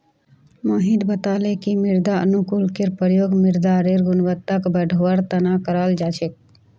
मोहित बताले कि मृदा अनुकूलककेर प्रयोग मृदारेर गुणवत्ताक बढ़वार तना कराल जा छेक